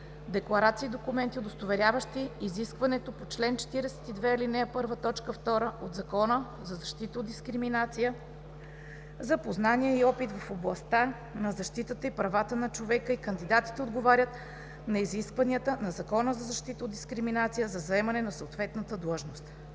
декларации и документи, удостоверяващи изискването по чл. 42, ал. 1, т. 2 от Закона за защита от дискриминация за познания и опит в областта на защитата на правата на човека и кандидатите отговарят на изискванията на Закона за защита от дискриминация за заемане на съответната длъжност.